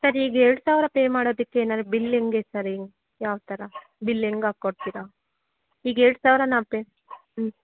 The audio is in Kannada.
ಸರ್ ಈಗ ಎರಡು ಸಾವಿರ ಪೇ ಮಾಡೋದಕ್ಕೆ ನನಗೆ ಬಿಲ್ ಹೆಂಗೆ ಸರ್ ಯಾವ ಥರ ಬಿಲ್ ಹೆಂಗೆ ಹಾಕ್ ಕೊಡ್ತೀರಾ ಈಗ ಎರಡು ಸಾವಿರ ನಾವು ಪೇ